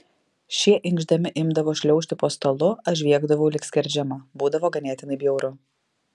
šie inkšdami imdavo šliaužti po stalu aš žviegdavau lyg skerdžiama būdavo ganėtinai bjauru